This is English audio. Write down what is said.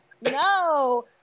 No